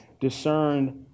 discern